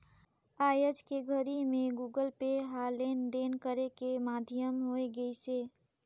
आयज के घरी मे गुगल पे ह लेन देन करे के माधियम होय गइसे